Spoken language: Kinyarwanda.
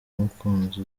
mukunzi